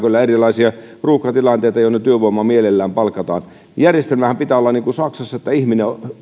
erilaisia ruuhkatilanteita joihin työvoimaa mielellään palkataan järjestelmänhän pitää olla niin kuin saksassa että ihminen